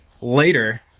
later